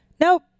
Nope